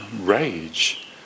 rage